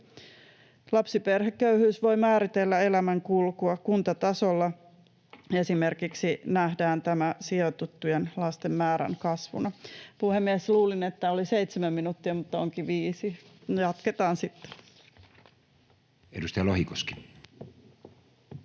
Lapsiperheköyhyys voi määritellä elämänkulkua. Kuntatasolla tämä nähdään esimerkiksi sijoitettujen lasten määrän kasvuna. — Puhemies, luulin, että oli seitsemän minuuttia, mutta onkin viisi. Jatketaan sitten. Edustaja Lohikoski.